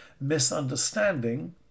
misunderstanding